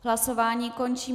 Hlasování končím.